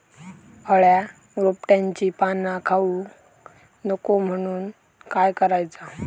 अळ्या रोपट्यांची पाना खाऊक नको म्हणून काय करायचा?